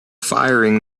firing